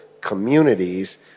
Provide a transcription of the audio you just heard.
communities